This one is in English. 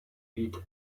beat